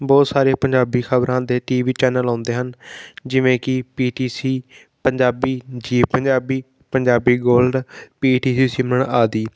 ਬਹੁਤ ਸਾਰੇ ਪੰਜਾਬੀ ਖਬਰਾਂ ਦੇ ਟੀ ਵੀ ਚੈਨਲ ਆਉਂਦੇ ਹਨ ਜਿਵੇਂ ਕਿ P T C Punjabi Zee Punjabi Punjabi gold P T C Simran ਆਦਿ